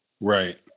Right